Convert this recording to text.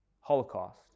Holocaust